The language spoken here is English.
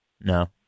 No